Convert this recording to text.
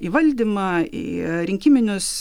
į valdymą į rinkiminius